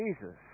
Jesus